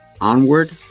onward